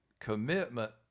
Commitment